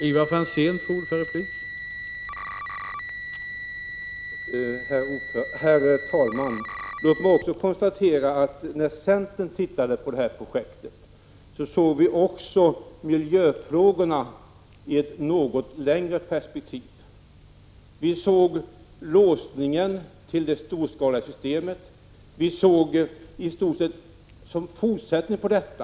Herr talman! Låt mig konstatera att vi i centern också såg miljöfrågorna i samband med detta projekt i ett något längre perspektiv. Vi såg låsningen till det storskaliga systemet och fann att projektet i stort sett endast var en fortsättning på detta.